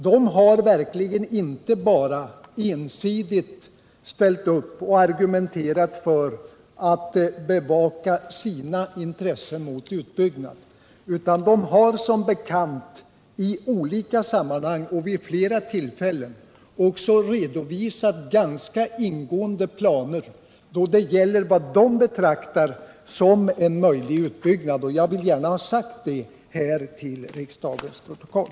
De har verkligen inte ensidigt argumenterat för att bevaka sina intressen mot utbyggnad; de har som bekant i olika sammanhang och vid flera tillfällen också redovisat ganska ingående planer för vad de betraktar som en möjlig utbyggnad. Jag vill gärna ha sagt detta till riksdagens protokoll.